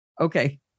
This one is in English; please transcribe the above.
Okay